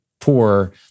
poor